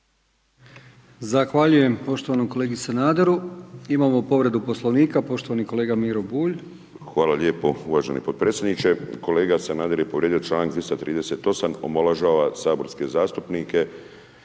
Zahvaljujem poštovanom kolegi Sanaderu. Imamo povredu Poslovnika. Poštovani kolega Miro Bulj. **Bulj, Miro (MOST)** Hvala lijepo uvaženi potpredsjedniče. Kolega Sanader je povrijedio članak 238. omalovažava saborske zastupnike